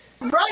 right